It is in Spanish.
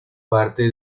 parte